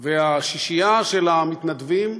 השישייה של המתנדבים,